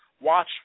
watch